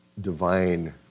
divine